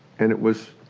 and it was,